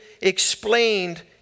explained